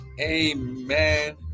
amen